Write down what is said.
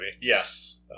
Yes